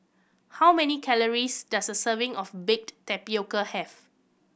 how many calories does a serving of baked tapioca have